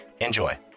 Enjoy